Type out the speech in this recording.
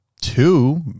two